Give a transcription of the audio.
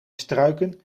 struiken